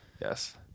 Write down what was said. yes